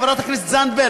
חברת הכנסת זנדברג,